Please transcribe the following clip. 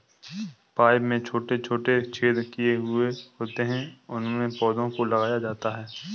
pipe में छोटे छोटे छेद किए हुए होते हैं उनमें पौधों को लगाया जाता है